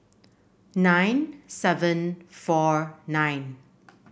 nine seven four nine